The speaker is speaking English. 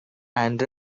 and